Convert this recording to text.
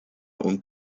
und